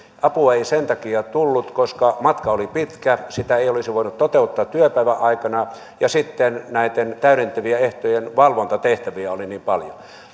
apua ei sen takia tullut koska matka oli pitkä sitä ei olisi voinut toteuttaa työpäivän aikana ja sitten näiden täydentävien ehtojen valvontatehtäviä oli niin paljon